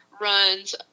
runs